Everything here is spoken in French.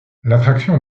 l’attraction